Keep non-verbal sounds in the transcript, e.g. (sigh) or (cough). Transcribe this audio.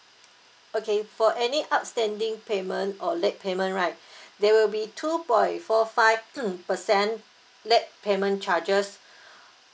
okay for any outstanding payment or late payment right there will be two point four five (coughs) percent late payment charges